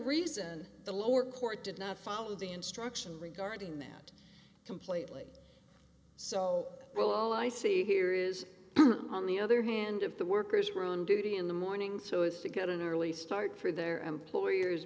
reason the lower court did not follow the instruction regarding that completely so well i see here is on the other hand if the workers were on duty in the morning so as to get an early start for their employers